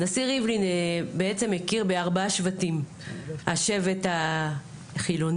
הנשיא ריבלין בעצם הכיר בארבעה שבטים: השבט החילוני,